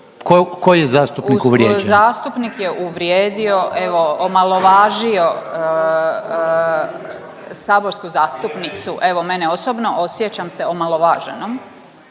Koji je zastupnik uvrijeđen?./…